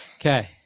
Okay